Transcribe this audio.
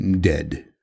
Dead